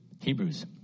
Hebrews